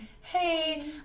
hey